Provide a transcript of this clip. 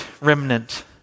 remnant